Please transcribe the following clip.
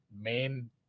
main